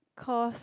cause